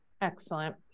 Excellent